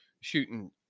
shooting